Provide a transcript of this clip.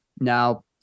Now